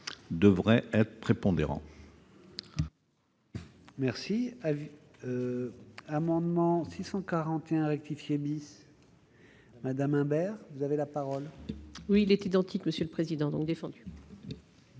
devrait être prépondérant.